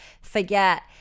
forget